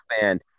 band